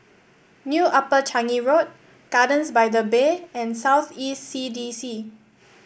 New Upper Changi Road Gardens by the Bay and South East C D C